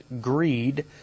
greed